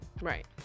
right